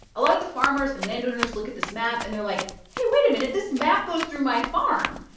a lot of the farmers and landowners look at this map, and they're like, hey, wait a minute this map goes through my farm.